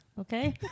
Okay